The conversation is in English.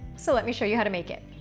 so let me show you how to make it.